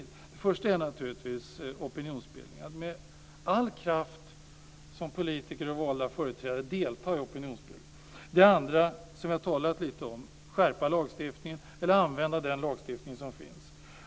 För det första är det naturligtvis opinionsbildning, att vi som politiker och valda företrädare med all kraft deltar i opinionsbildningen. För det andra är det, som jag har talat om, att skärpa lagstiftningen eller använda den lagstiftning som finns.